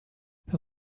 wenn